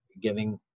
giving